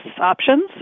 options